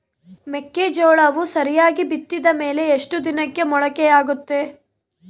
ಮೆಕ್ಕೆಜೋಳವು ಸರಿಯಾಗಿ ಬಿತ್ತಿದ ಮೇಲೆ ಎಷ್ಟು ದಿನಕ್ಕೆ ಮೊಳಕೆಯಾಗುತ್ತೆ?